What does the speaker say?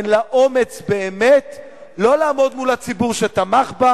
ואין לה אומץ באמת לא לעמוד מול הציבור שתמך בה